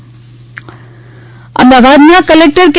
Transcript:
ફાળી અમદાવાદના કલેકટર કે